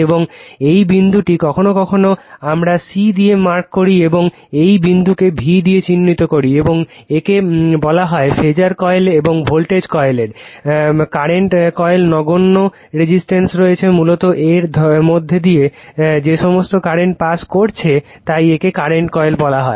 এবং এই বিন্দুটি কখনও কখনও আমরা c দিয়ে মার্ক করি এবং এই বিন্দুটিকে v দিয়ে চিহ্নিত করি এবং একে বলা হয় ফেজার কয়েল এবং ভোল্টেজ কয়েলের কারেন্ট কয়েলের নগণ্য রেজিস্ট্যান্স রয়েছে মূলত এর মধ্যে দিয়ে যে সমস্ত কারেন্টে পাস করেছে তাই একে কারেন্ট কয়েল বলা হয়